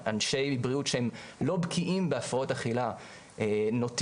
אנשי בריאות שהם לא בקיאים בהפרעות אכילה נוטים